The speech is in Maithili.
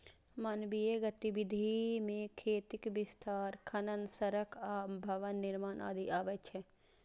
मानवीय गतिविधि मे खेतीक विस्तार, खनन, सड़क आ भवन निर्माण आदि अबै छै